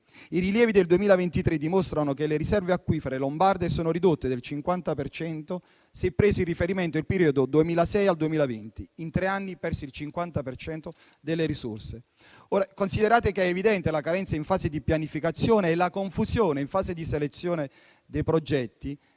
I rilievi del 2023 dimostrano che le riserve acquifere lombarde sono ridotte del 50 per cento, se si prende a riferimento il periodo dal 2006 al 2020; in tre anni si è perso il 50 per cento delle risorse. Considerato che sono evidenti la carenza in fase di pianificazione e la confusione in fase di selezione dei progetti